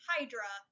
Hydra